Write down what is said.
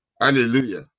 Hallelujah